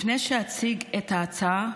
לפני שאציג את ההצעה,